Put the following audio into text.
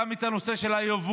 גם את הנושא של היבוא.